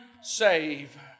save